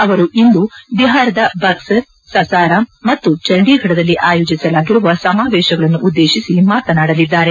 ಅವರು ಇಂದು ಬಿಹಾರದ ಬಕ್ಸರ್ ಸಸಾರಾಮ್ ಮತ್ತು ಚಂಡೀಗಢದಲ್ಲಿ ಆಯೋಜಿಸಲಾಗಿರುವ ಸಮಾವೇಶಗಳನ್ನು ಉದ್ದೇಶಿಸಿ ಮಾತನಾಡಲಿದ್ದಾರೆ